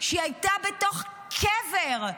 שהיא הייתה בתוך קבר.